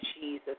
Jesus